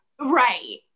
right